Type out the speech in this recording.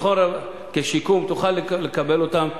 נכון, כשיקום תוכל לקבל אותם?